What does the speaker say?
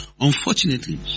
Unfortunately